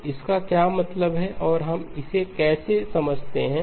तो इसका क्या मतलब है और हम इसे कैसे समझते हैं